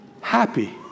happy